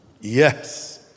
Yes